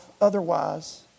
otherwise